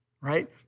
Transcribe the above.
right